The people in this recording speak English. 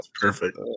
Perfect